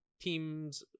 teams